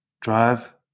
drive